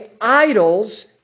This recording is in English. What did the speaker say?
idols